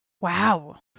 Wow